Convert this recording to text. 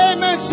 Amen